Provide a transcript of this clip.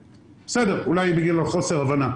אולי בגלל חוסר הבנה.